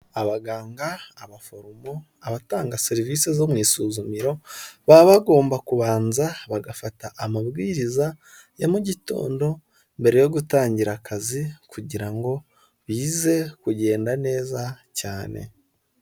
Abaganga abaforomo abatanga serivisi zo mu isuzumiro, baba bagomba kubanza bagafata amabwiriza ya mu gitondo mbere yo gutangira akazi kugira ngo bize kugenda neza cyane.